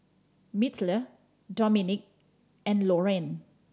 Myrtle Dominick and Loraine